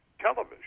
television